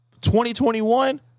2021